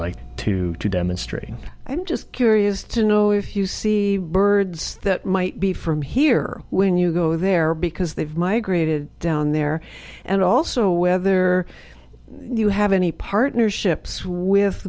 like to demonstrating i'm just curious to know if you see birds that might be from here when you go there because they've migrated down there and also whether you have any partnerships with